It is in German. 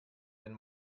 den